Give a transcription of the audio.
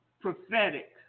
prophetic